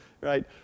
right